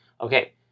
Okay